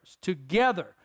Together